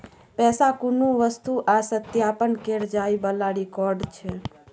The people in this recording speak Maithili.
पैसा कुनु वस्तु आ सत्यापन केर जाइ बला रिकॉर्ड छै